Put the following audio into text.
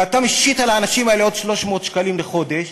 ואתה משית על האנשים האלה עוד 300 שקלים לחודש,